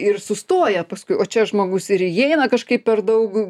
ir sustoja paskui o čia žmogus ir įeina kažkaip per daug